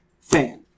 fan